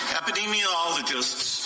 epidemiologists